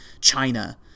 China –